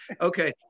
Okay